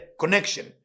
connection